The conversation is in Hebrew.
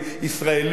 ישראלים,